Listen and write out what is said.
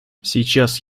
сейчас